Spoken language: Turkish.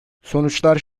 sonuçlar